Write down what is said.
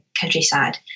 countryside